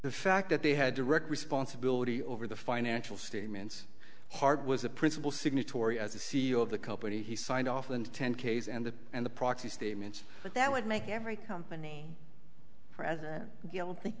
the fact that they had direct responsibility over the financial statements heart was a principal signatory as a c e o of the company he signed off and ten k s and the and the proxy statements but that would make every company president